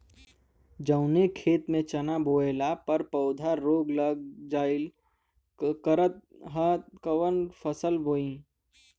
जवने खेत में चना बोअले पर पौधा में रोग लग जाईल करत ह त कवन फसल बोआई?